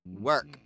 work